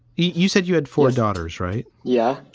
you said you had four daughters, right? yeah.